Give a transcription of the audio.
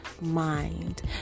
mind